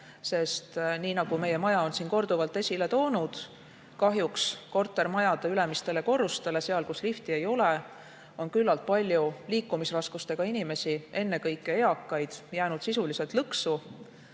ametkond on siin korduvalt esile toonud, kahjuks kortermajade ülemistele korrustele, seal, kus lifti ei ole, on küllaltki paljud liikumisraskustega inimesed, ennekõike eakad, jäänud sisuliselt lõksu.